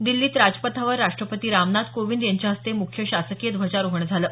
दिल्लीत राजपथावर राष्ट्रपती रामनाथ कोविंद यांच्याहस्ते मुख्य शासकीय ध्वजारोहण झालं